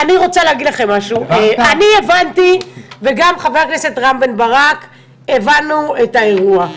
אני וגם חבר הכנסת יו"ר ועדת החו"ב רם בן ברק הבנו את האירוע.